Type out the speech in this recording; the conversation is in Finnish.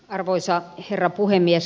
arvoisa herra puhemies